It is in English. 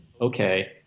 okay